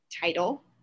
title